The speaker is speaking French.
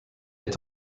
est